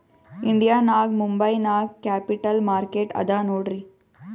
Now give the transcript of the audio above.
India ನಾಗ್ ಮುಂಬೈ ನಾಗ್ capital market ಅದಾ ನೋಡ್ರಿ